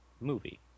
movie